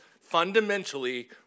fundamentally